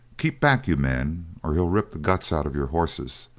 keep back, you men, or he'll rip the guts out of your horses.